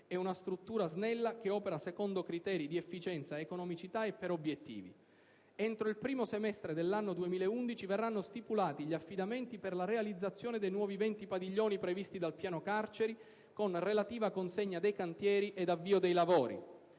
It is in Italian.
è una struttura snella che opera secondo criteri di efficienza, economicità e per obiettivi. Entro il primo semestre dell'anno 2011 verranno stipulati gli affidamenti per la realizzazione dei nuovi 20 padiglioni previsti dal piano carceri con relativa consegna dei cantieri ed avvio dei lavori.